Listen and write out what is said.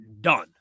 done